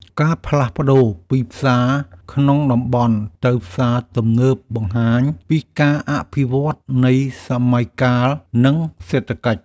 ការផ្លាស់ប្តូរពីផ្សារក្នុងតំបន់ទៅផ្សារទំនើបបង្ហាញពីការអភិវឌ្ឍនៃសម័យកាល និងសេដ្ឋកិច្ច។